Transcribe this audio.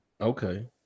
Okay